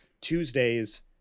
Tuesdays